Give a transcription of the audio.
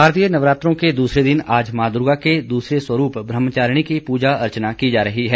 शारदीय नवरात्रे के दूसरे दिन आज माँ दुर्गा के दूसरे स्वरूप ब्रहमाचारिणी की पूजा अर्चना की जा रही है